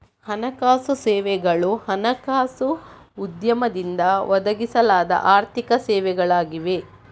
ಹಣಕಾಸು ಸೇವೆಗಳು ಹಣಕಾಸು ಉದ್ಯಮದಿಂದ ಒದಗಿಸಲಾದ ಆರ್ಥಿಕ ಸೇವೆಗಳಾಗಿವೆ